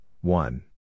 one